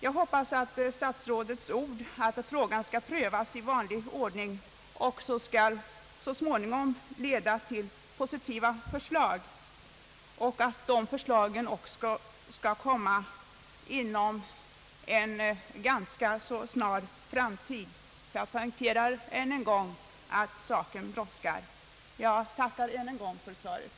Jag hoppas att statsrådets förklaring, att frågan skall prövas i vanlig ordning, så småningom skall leda till positiva förslag liksom att förslagen kommer fram inom en ganska så snar framtid. Jag poängterar ytterligare att saken brådskar. Med det anförda tackar jag än en gång för svaret.